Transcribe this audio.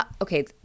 okay